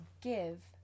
give